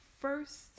first